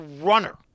runner